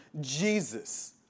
Jesus